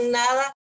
nada